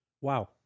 Wow